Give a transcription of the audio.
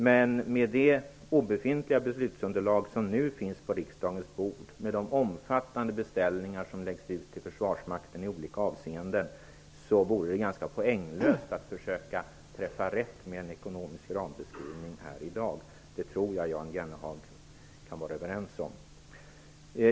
Men med det obefintliga beslutsunderlag som nu finns på riksdagens bord och med de omfattande beställningar som läggs ut till försvarsmakten i olika avseenden vore det ganska poänglöst att försöka träffa rätt med en ekonomisk rambeskrivning här i dag. Det tror jag att Jan Jennehag kan vara överens med mig om.